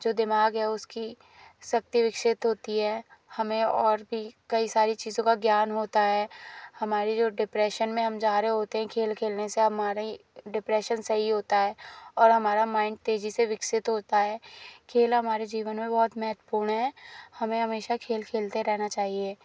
जो दिमाग है उसकी शक्ति विकसित होती है हमें और भी कई सारी चीज़ों का ज्ञान होता है हमारी जो डिप्रेशन में हम जा रहे होते हैं खेल खेलने से हमारी डिप्रेशन सही होता है और हमारा माइंड तेजी से विकसित होता है खेल हमारे जीवन में बहुत महत्वपूर्ण है हमें हमेशा खेल खेलते रहना चाहिए